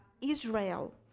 Israel